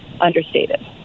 understated